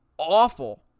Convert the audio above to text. awful